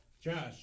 Josh